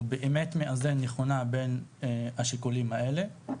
הוא באמת מאזן נכונה בין השיקולים האלה.